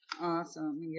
Awesome